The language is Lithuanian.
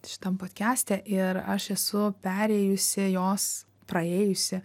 šitam podkiaste ir aš esu perėjusi jos praėjusi